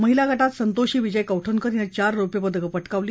महिला गटात संतोषी विजय कौठनकर हिनं चार रौप्य पदकं पटकावली